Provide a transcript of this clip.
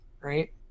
right